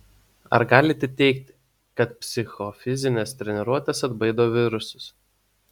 ar galite teigti kad psichofizinės treniruotės atbaido virusus